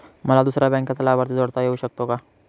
मला दुसऱ्या बँकेचा लाभार्थी जोडता येऊ शकतो का?